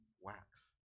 wax